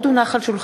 תשובת שר